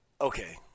Okay